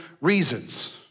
reasons